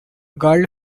girl